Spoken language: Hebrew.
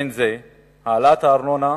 האלה אני